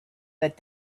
that